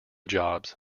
jobs